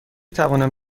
توانم